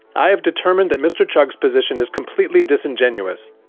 i have determined that mr chugg's position is completely disingenuous.